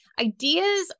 Ideas